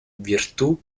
virtù